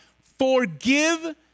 forgive